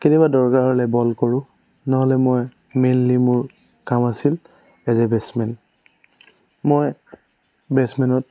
কেতিয়াবা দৰকাৰ হ'লে বল কৰো নহ'লে মই মেইনলি মোৰ কাম আছিল এজ এ বেটছমেন মই বেটছমেনত